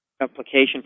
application